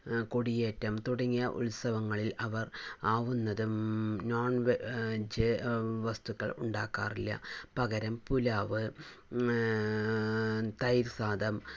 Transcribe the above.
കൊടിയേറ്റം തുടങ്ങിയ ഉത്സവങ്ങളിൽ അവർ ആവുന്നതും നോൺവെജ് വസ്തുക്കൾ ഉണ്ടാക്കാറില്ല പകരം പുലാവ് തൈര് സാദം